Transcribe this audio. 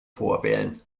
vorwählen